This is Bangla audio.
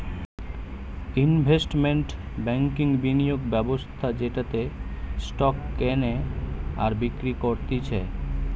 ইনভেস্টমেন্ট ব্যাংকিংবিনিয়োগ ব্যবস্থা যেটাতে স্টক কেনে আর বিক্রি করতিছে